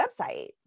website